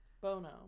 Bono